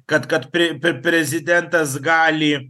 kad kad pri pr prezidentas gali